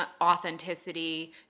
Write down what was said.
authenticity